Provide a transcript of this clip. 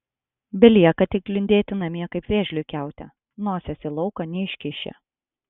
belieka tik lindėti namie kaip vėžliui kiaute nosies į lauką neiškiši